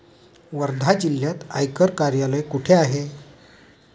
वर्धा जिल्ह्यात आयकर कार्यालय कुठे आहे?